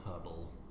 herbal